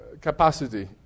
capacity